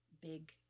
big